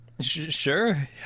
Sure